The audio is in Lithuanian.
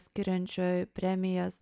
skiriančioj premijas